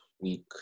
week